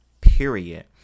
period